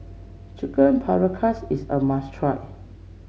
Chicken Paprikas is a must try